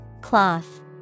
Cloth